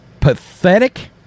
pathetic